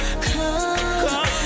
come